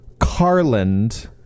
Carland